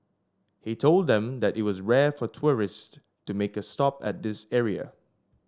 he told them that it was rare for tourists to make a stop at this area